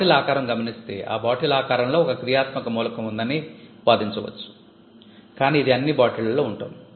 bottle ఆకారం గమనిస్తే ఆ బాటిల్ ఆకారంలో ఒక క్రియాత్మక మూలకం ఉందని వాదించవచ్చు కాని ఇది అన్ని బాటిళ్లలో ఉంటుంది